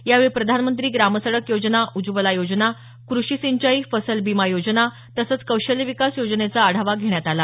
यावेळी प्रधानमंत्री ग्रामसडक योजना उज्ज्वला योजना कृषी सिंचाई फसल बीमा योजना तसंच कौशल्य विकास योजनेचा आढावा घेण्यात आला